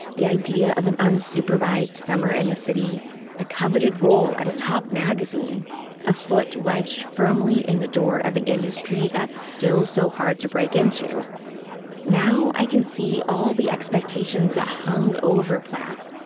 the idea of an unsupervised summer in the city a coveted role at a top magazine a foot wedged firmly in the door of an industry that's still so hard to break into now i can see all the expectations that hung over plath.